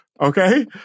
Okay